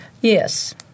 Yes